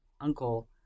uncle